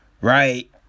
Right